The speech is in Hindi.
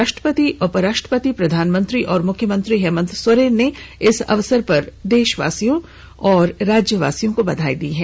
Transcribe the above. राष्ट्रपति उपराष्ट्रपति प्रधानमंत्री और मुख्यमंत्री हेमंत सोरेन ने इस अवसर पर सभी देशवासियों और राज्यवासियों को बधाई दी है